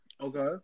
Okay